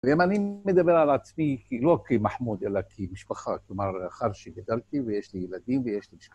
ואם אני מדבר על עצמי, לא כמחמוד, אלא כמשפחה, כלומר, אחר שגדלתי ויש לי ילדים ויש לי משפחה...